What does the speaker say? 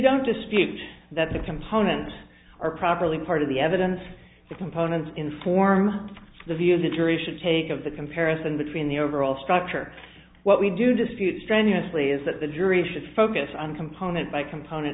don't dispute that the component are properly part of the evidence the components in form the view of the jury should take of the comparison between the overall structure what we do dispute strenuously is that the jury should focus on component by component